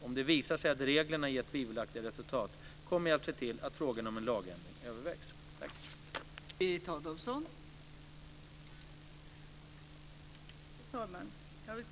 Om det visar sig att reglerna ger tvivelaktiga resultat, kommer jag att se till att frågan om en lagändring övervägs.